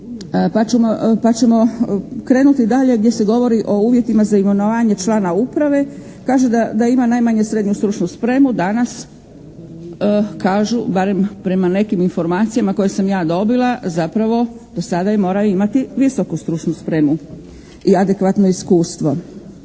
Pa ćemo krenuti dalje gdje se govori o uvjetima za imenovanja člana uprave. Kaže da ima najmanje srednju stručnu spremu danas kažu barem prema nekim informacijama koje sam ja dobila. Zapravo, do sada mora imati visoku stručnu spremu i adekvatno iskustvo.